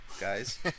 guys